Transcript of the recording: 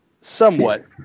somewhat